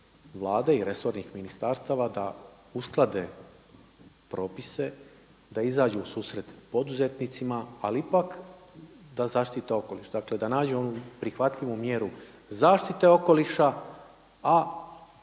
i resornih ministarstva da usklade propise da izađu u susret poduzetnicima, a ipak da zaštite okoliš, dakle da nađu onu prihvatljivu mjeru zaštite okoliša, a